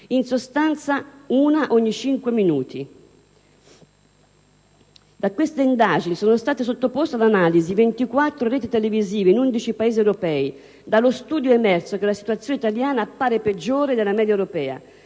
in sostanza una ogni cinque minuti. In complesso, sono state sottoposte ad analisi 24 reti televisive in 11 Paesi europei. Dallo studio è emerso che la situazione italiana appare peggiore della media europea.